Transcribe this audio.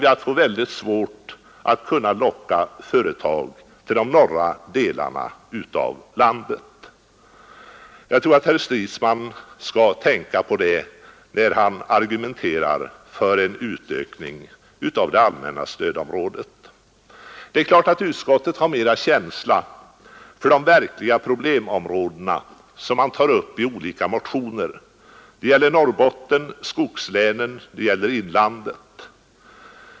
Då blir det mycket svårt att locka företag till de norra delarna av landet. Herr Stridsman bör tänka på det när han argumenterar för en utökning av det allmänna stödområdet. Det är klart att utskottet har mer känsla för de verkliga problemområdena som tas upp i de olika motionerna. Det gäller Norrbotten, skogslänen och inlandet.